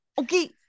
okay